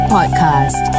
Podcast